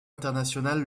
internationale